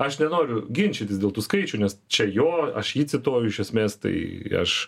aš nenoriu ginčytis dėl tų skaičių nes čia jo aš jį cituoju iš esmės tai aš